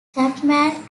chapman